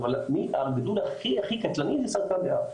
הגידול הכי קטלני זה סרטן ריאה.